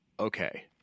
okay